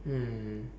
mm